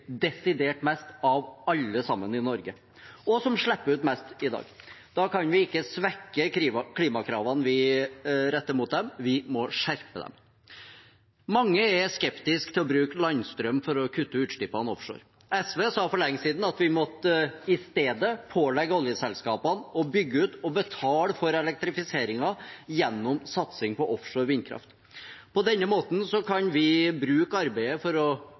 desidert mest av alle i Norge, og som slipper ut mest i dag. Da kan vi ikke svekke klimakravene vi retter mot dem, vi må skjerpe dem. Mange er skeptiske til å bruke landstrøm for å kutte utslippene offshore. SV sa for lenge siden at vi måtte i stedet pålegge oljeselskapene å bygge ut og betale for elektrifiseringen gjennom satsing på offshore vindkraft. På denne måten kan vi bruke arbeidet for å